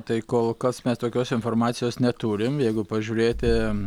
tai kol kas mes tokios informacijos neturim jeigu pažiūrėti